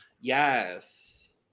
Yes